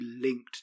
linked